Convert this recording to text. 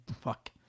fuck